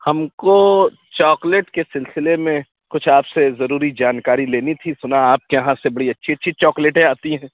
ہم کو چاکلیٹ کے سلسلے میں کچھ آپ سے ضروری جانکاری لینی تھی سُنا آپ کے یہاں سے بڑی اچھی اچھی چاکلیٹیں آتی ہیں